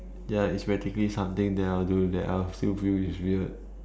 ya it's practically something that I'll do that I'll still feel it's weird